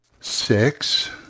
six